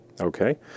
Okay